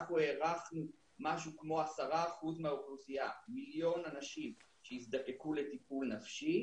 הערכנו משהו כמו 10% מהאוכלוסייה מיליון אנשים שיזדקקו לטיפול נפשי